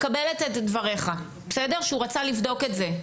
מקבלת את דבריך שהוא רוצה לבדוק את זה.